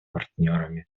партнерами